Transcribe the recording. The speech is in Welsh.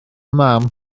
mam